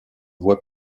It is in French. voie